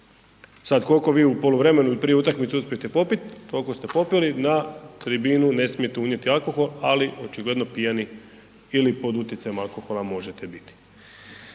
sad kolko vi u poluvremenu ili prije utakmice uspijete popit, tolko ste popili, na tribinu ne smijete unijeti alkohol, ali očigledno pijani ili pod utjecajem alkohola možete biti.